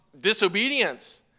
disobedience